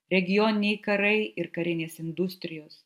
regioniniai karai ir karinės industrijos